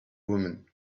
woman